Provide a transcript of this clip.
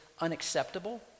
unacceptable